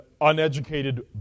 uneducated